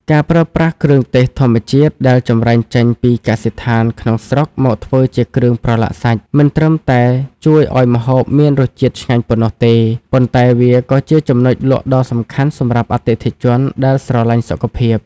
ការប្រើប្រាស់គ្រឿងទេសធម្មជាតិដែលចម្រាញ់ចេញពីកសិដ្ឋានក្នុងស្រុកមកធ្វើជាគ្រឿងប្រឡាក់សាច់ មិនត្រឹមតែជួយឱ្យម្ហូបមានរសជាតិឆ្ងាញ់ប៉ុណ្ណោះទេ ប៉ុន្តែវាក៏ជាចំណុចលក់ដ៏សំខាន់សម្រាប់អតិថិជនដែលស្រឡាញ់សុខភាព។